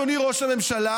אדוני ראש הממשלה,